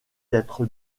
d’être